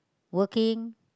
working